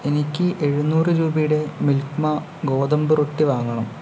എനിക്ക് എഴുന്നൂറ് രൂപയുടെ മിൽക്ക് മാ ഗോതമ്പ് റൊട്ടി വാങ്ങണം